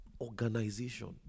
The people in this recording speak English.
organization